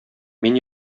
мин